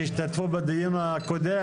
כשהגענו לתיקון 34 היו לנו כבר מפרטים כתובים.